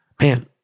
man